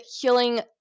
healing